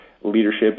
leadership